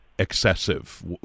Excessive